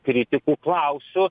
kritikų klausiu